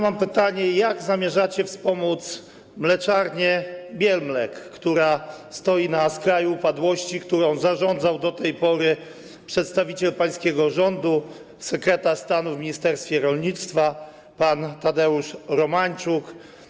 Mam pytanie: Jak zamierzacie wspomóc mleczarnię Bielmlek, stojącą na skraju upadłości, którą zarządzał do tej pory przedstawiciel pańskiego rządu, sekretarz stanu w ministerstwie rolnictwa pan Tadeusz Romańczuk?